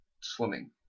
Swimming